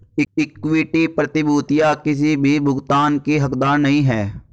equity प्रतिभूतियां किसी भी भुगतान की हकदार नहीं हैं